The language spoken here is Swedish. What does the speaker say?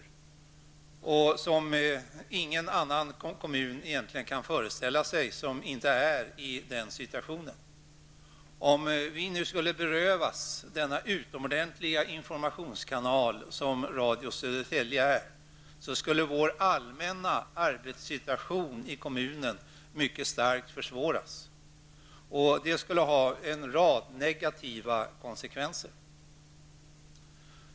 Inga andra än de som befinner sig i denna situation kan föreställa sig vad detta innebär. Om vi nu skulle berövas den utomordentliga informationskanal som Radio Södertälje utgör, skulle den allmänna arbetssituationen försvåras mycket starkt, vilket skulle få en rad negativa konsekvenser.